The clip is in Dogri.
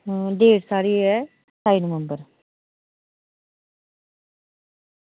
डेट साढ़ी ऐ सताई नवंबर